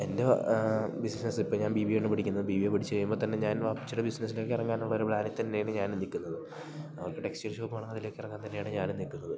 എൻ്റെ ബിസിനസ് ഇപ്പം ഞാൻ ബീ ബി എ യാണ് പഠിക്കുന്നത് ബീ ബി എ പഠിച്ച് കഴിയുമ്പംതന്നെ ഞാൻ വാപ്പിച്ചിയുടെ ബിസിനസ്സിലേക്കിറങ്ങാനൊള്ളൊരു പ്ലാനിൽതന്നെയാണ് ഞാനും നിൽക്കുന്നത് നമുക്ക് ടെക്സ്റ്റൈൽ ഷോപ്പ് ആണ് അതിലേക്ക് ഇറങ്ങാൻ തന്നെയാണ് ഞാനും നിൽക്കുന്നത്